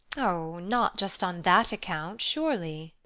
oh, not just on that account, surely?